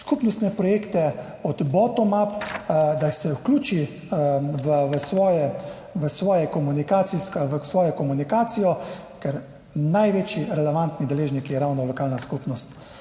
skupnostne projekte od spodaj navzgor, da se vključi v komunikacijo, ker največji relevantni deležniki je ravno lokalna skupnost.